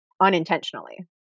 unintentionally